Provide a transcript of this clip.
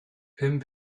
pum